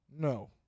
No